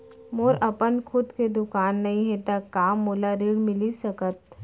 मोर अपन खुद के दुकान नई हे त का मोला ऋण मिलिस सकत?